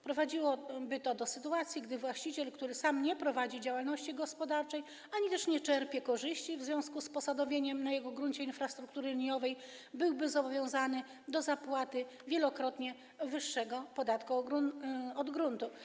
Prowadziłoby to do sytuacji, w której właściciel, który sam nie prowadzi działalności gospodarczej ani nie czerpie korzyści w związku z posadowieniem na jego gruncie infrastruktury liniowej, byłby zobowiązany do zapłaty wielokrotnie wyższego podatku od gruntu.